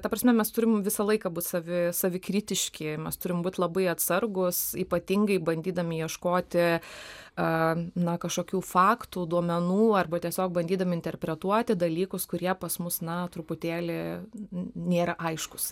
ta prasme mes turim visą laiką būt savi savikritiški mes turim būt labai atsargūs ypatingai bandydami ieškoti a na kažkokių faktų duomenų arba tiesiog bandydami interpretuoti dalykus kurie pas mus na truputėlį nėra aiškūs